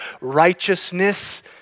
righteousness